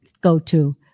go-to